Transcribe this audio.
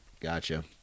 Gotcha